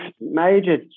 major